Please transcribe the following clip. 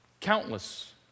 Countless